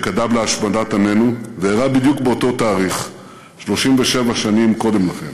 שקדם להשמדת עמנו ואירע בדיוק באותו תאריך 37 שנים קודם לכן.